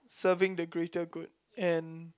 serving the greater good and